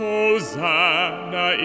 Hosanna